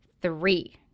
three